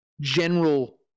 general